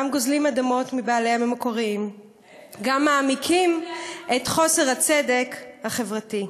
גם גוזלים אדמות מבעליהן המקוריים וגם מעמיקים את חוסר הצדק החברתי.